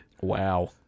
wow